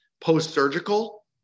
post-surgical